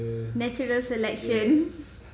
natural selections